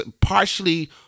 partially